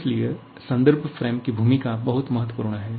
इसलिए संदर्भ फ्रेम की भूमिका बहुत महत्वपूर्ण है